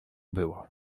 było